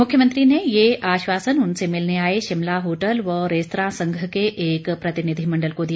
मुख्यमंत्री ने ये आसवासन उनसे मिलने आए शिमला होटल व रेस्तरां संघ के एक प्रतिनिधि मंडल को दिया